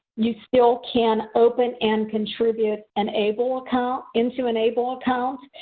you still can open and contribute an able account into an able account,